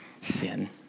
sin